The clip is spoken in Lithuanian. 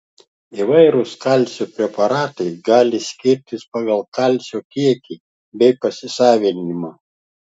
įvairūs kalcio preparatai gali skirtis pagal kalcio kiekį bei pasisavinimą